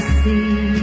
see